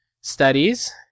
studies